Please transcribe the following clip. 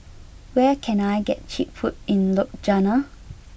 where can I get cheap food in Ljubljana